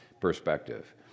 perspective